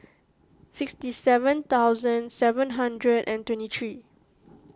sixty seven thousand seven hundred and twenty three